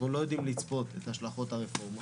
אנחנו לא יודעים לצפות את השלכות הרפורמה.